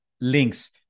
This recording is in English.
links